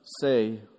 say